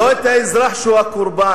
לא את האזרח, שהוא הקורבן.